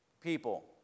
people